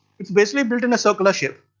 it's basically built in a circular shape.